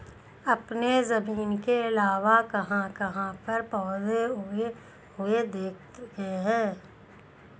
आपने जमीन के अलावा कहाँ कहाँ पर पौधे उगे हुए देखे हैं?